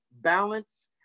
balance